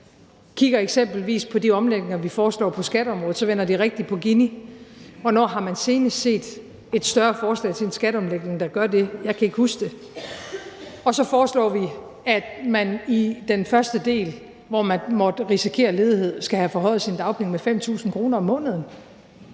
kigger eksempelvis på de omlægninger, vi foreslår på skatteområdet, og så vender de rigtigt på Gini. Hvornår har man senest set et større forslag til en skatteomlægning, der gør det? Jeg kan ikke huske det. Og så foreslår vi, at man i den første del, hvor man måtte risikere ledighed, skal have forhøjet sine dagpenge med 5.000 kr. om måneden.